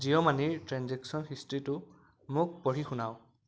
জিঅ' মানিৰ ট্ৰেঞ্জেকচন হিষ্ট্ৰীটো মোক পঢ়ি শুনাওক